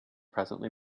presently